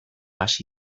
hasi